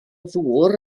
ddŵr